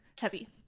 heavy